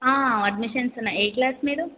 admissions ఉన్నాయి ఏ class మీరు